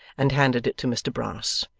and handed it to mr brass,